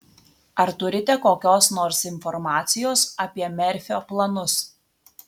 ar turite kokios nors informacijos apie merfio planus